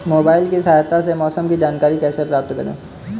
Mobile की सहायता से मौसम की जानकारी कैसे प्राप्त करें?